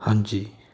ਹਾਂਜੀ